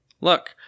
look